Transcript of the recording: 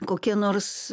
kokie nors